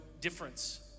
difference